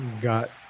got